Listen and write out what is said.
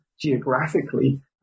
geographically